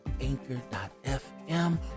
anchor.fm